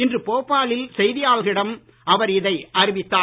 இன்று போபா லில் ராஜிநாமா செய்தியாளர்களிடம் அவர் இதை அறிவித்தார்